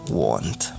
want